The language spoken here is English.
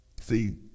See